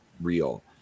real